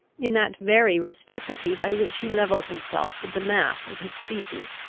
in that very rusticity by which he levelled himself with the mass of his species.